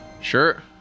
Sure